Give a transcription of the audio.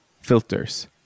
filters